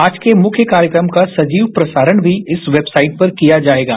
आज के मुख्य कार्यक्रम का सजीव प्रसारण भी इस वेबसाइट पर किया जाएगा